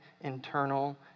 internal